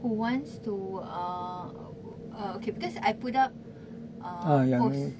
who wants to uh uh okay because I put up uh a post